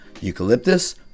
eucalyptus